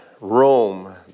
Rome